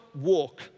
walk